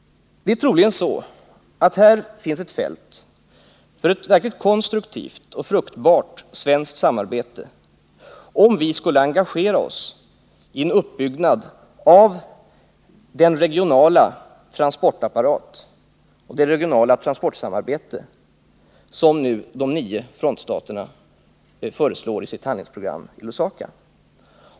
Troligen finns det här ett fält för ett verkligt konstruktivt och fruktbart svenskt samarbete, om vi engagerar oss i en uppbyggnad av den regionala transportapparat och det regionala transportsamarbete som de nio frontstaterna nu föreslår i sitt handlingsprogram i Lusaka.